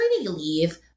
leave